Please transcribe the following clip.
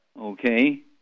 okay